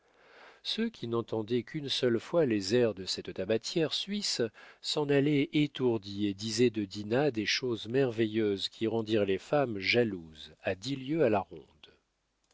ceux qui n'entendaient qu'une seule fois les airs de cette tabatière suisse s'en allaient étourdis et disaient de dinah des choses merveilleuses qui rendirent les femmes jalouses à dix lieues à la ronde